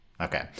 okay